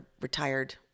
retired